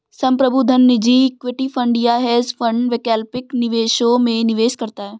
संप्रभु धन निजी इक्विटी फंड या हेज फंड वैकल्पिक निवेशों में निवेश करता है